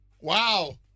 Wow